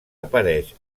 apareix